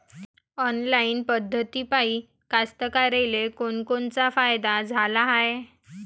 Online पद्धतीपायी कास्तकाराइले कोनकोनचा फायदा झाला हाये?